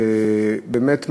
באמת,